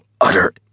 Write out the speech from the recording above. utter